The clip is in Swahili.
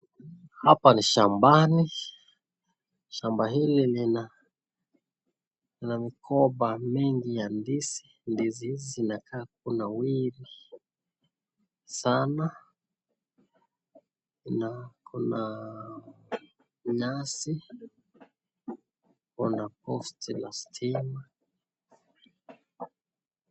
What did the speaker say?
Hapa ni shambani. Shamba hili lina migomba mingi ya ndizi. Ndizi hizi zinakaa kunawiri sana na kuna mnazi, kuna posti la stima.